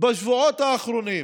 בשבועות האחרונים,